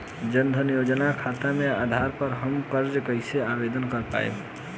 जन धन योजना खाता के आधार पर हम कर्जा कईसे आवेदन कर पाएम?